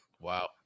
Wow